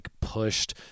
pushed